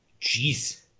Jeez